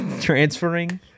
transferring